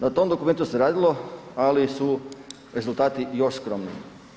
Na tom dokumentu se radilo ali su rezultati još skromniji.